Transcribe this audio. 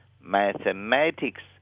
mathematics